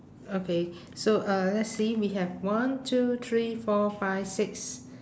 okay so uh let's see we have one two three four five six